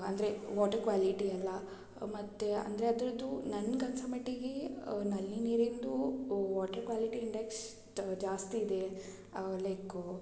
ಅಂದರೆ water quality ಎಲ್ಲ ಮತ್ತು ಅಂದರೆ ಅದರದ್ದು ನನ್ಗೆ ಅನ್ಸೋ ಮಟ್ಟಿಗೆ ನಲ್ಲಿ ನೀರಿಂದು ವಾಟರ್ ಕ್ವಾಲಿಟಿ ಇಂಡೆಕ್ಸ್ ಜಾಸ್ತಿ ಇದೆ ಲೈಕು